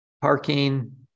Parking